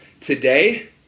Today